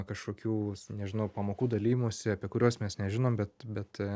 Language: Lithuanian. kažkokių nežinau pamokų dalijimųsi apie kuriuos mes nežinom bet bet